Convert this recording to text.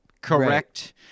correct